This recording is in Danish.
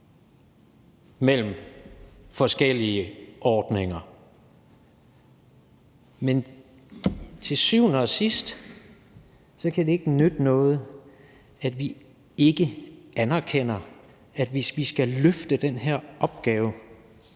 mellem forskellige ordninger følger med. Men til syvende og sidst kan det ikke nytte noget, at vi ikke anerkender, at det, hvis vi skal løfte den her opgave,